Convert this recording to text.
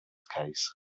case